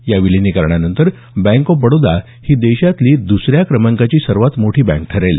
या विलीनीकरणानंतर bank of Baroda ही देशातली दुसऱ्या क्रमांकाची सर्वात मोठी बँक ठरेलं